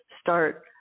start